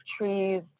trees